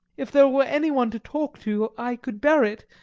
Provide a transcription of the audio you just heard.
if there were any one to talk to i could bear it,